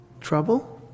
trouble